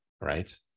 right